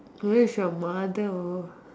where is your mother oh